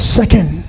second